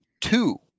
two